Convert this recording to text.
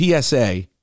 PSA